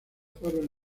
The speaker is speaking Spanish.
fueron